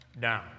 down